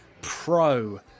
pro